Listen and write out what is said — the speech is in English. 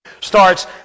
starts